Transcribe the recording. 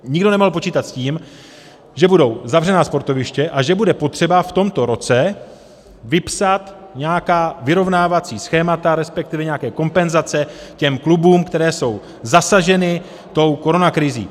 Nikdo nemohl počítat s tím, že budou zavřená sportoviště a že bude potřeba v tomto roce vypsat nějaká vyrovnávací schémata, resp. nějaké kompenzace těm klubům, které jsou zasaženy tou koronakrizí.